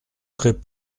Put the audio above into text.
très